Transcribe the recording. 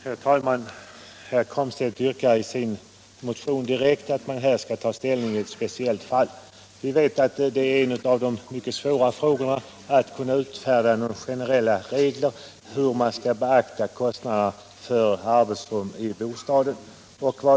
Herr talman! Herr Komstedt yrkar i sin motion att man direkt skall ta ställning i ett speciellt fall. Som vi vet är det mycket svårt att utfärda generella regler om hur man skall ta hänsyn till kostnaderna för arbetsrum i bostaden.